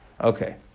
Okay